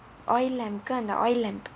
oil lamp அந்த:antha the oil lamp